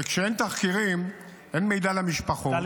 כשאין תחקירים אין מידע למשפחות,